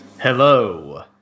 Hello